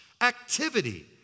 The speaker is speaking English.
activity